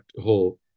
whole